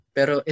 Pero